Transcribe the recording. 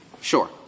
Sure